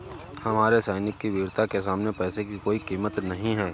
हमारे सैनिक की वीरता के सामने पैसे की कोई कीमत नही है